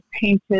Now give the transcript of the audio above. painted